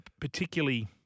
particularly